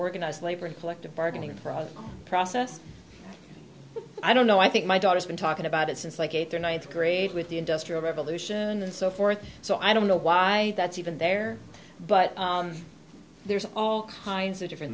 organized labor and collective bargaining process process i don't know i think my daughter's been talking about it since like eighth or ninth grade with the industrial revolution and so forth so i don't know why that's even there but there's all kinds of different